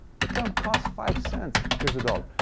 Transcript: that gum costs five cents. here's a dollar.